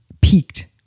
peaked